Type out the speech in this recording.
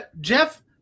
Jeff